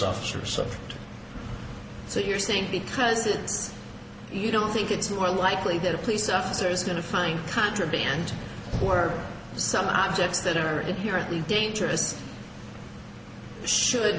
officer or so so you're saying because it you don't think it's more likely that a police officer is going to find contraband or some objects that are inherently dangerous should